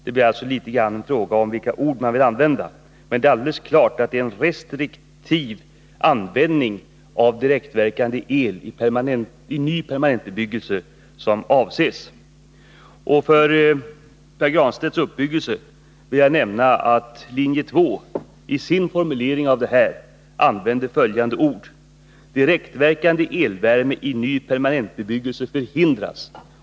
Det blir alltså litet grand fråga om vilka ord man vill använda, men det är alldeles klart att det är en restriktiv användning av direktverkande el i ny permanentbebyggelse som avses. För Pär Granstedts uppbyggelse vill jag nämna att linje 2 i sin formulering på denna punkt använde följande ord: Direktverkande elvärme i ny permanentbebyggelse förhindras.